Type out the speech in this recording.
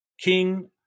King